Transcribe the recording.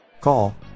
Call